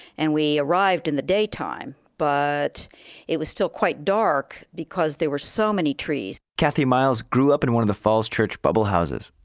and we arrived in the daytime, but it was still quite dark because there we so many trees kathy miles grew up in one of the falls church bubble houses.